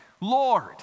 Lord